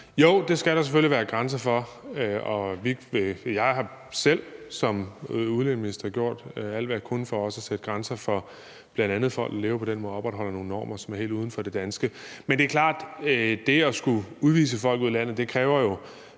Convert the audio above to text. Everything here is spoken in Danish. Jo, det skal der selvfølgelig være grænser for, og jeg har også selv som udlændingeminister gjort alt, hvad jeg kunne, for at sætte grænser for bl.a. folk, der lever på den måde og opretholder nogle normer, som er helt uden for de danske. Men det er klart, at det at skulle udvise folk af landet jo kræver